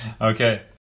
okay